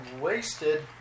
wasted